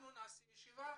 אנחנו נעשה ישיבה,